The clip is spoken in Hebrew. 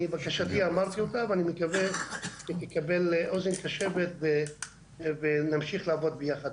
אני את ביקשתי אמרתי ואני מקווה שתקל אוזן קשבת ונמשיך לעבוד ביחד.